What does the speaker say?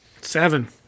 Seven